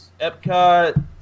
Epcot